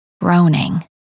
groaning